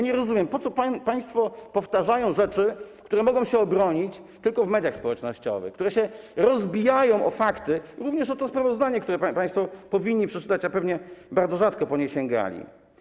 Nie rozumiem, po co państwo powtarzają rzeczy, które mogą się obronić tylko w mediach społecznościowych, które się rozbijają o fakty, również o to sprawozdanie, które państwo powinni przeczytać, a pewnie bardzo rzadko po nie sięgali.